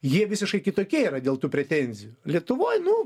jie visiškai kitokie yra dėl tų pretenzijų lietuvoj nu